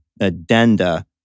addenda